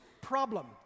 problem